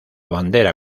bandera